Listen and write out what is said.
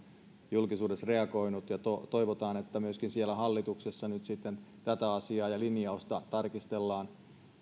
julkisuudessa reagoinut tähän ja toivotaan että myöskin siellä hallituksessa tätä asiaa ja linjausta tarkistellaan